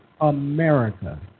America